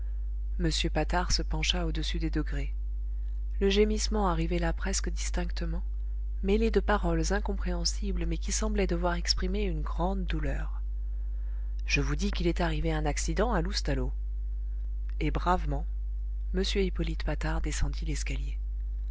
m patard se pencha au-dessus des degrés le gémissement arrivait là presque distinctement mêlé de paroles incompréhensibles mais qui semblaient devoir exprimer une grande douleur je vous dis qu'il est arrivé un accident à loustalot et bravement m hippolyte patard descendit l'escalier